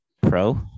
pro